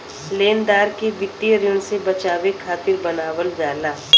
लेनदार के वित्तीय ऋण से बचावे खातिर बनावल जाला